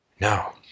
No